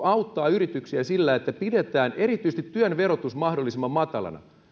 auttaa yrityksiä sillä että pidetään erityisesti työn verotus mahdollisimman matalana